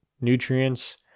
nutrients